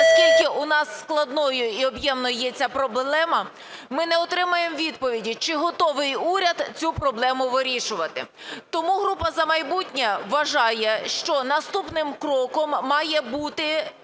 наскільки у нас складною і об'ємною є ця проблема, ми не отримаємо відповіді чи готовий уряд цю проблему вирішувати. Тому група "За майбутнє" вважає, що наступним кроком має бути